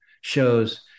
shows